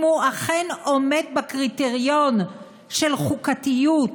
אם הוא אכן עומד בקריטריון של חוקתיות,